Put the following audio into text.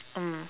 mm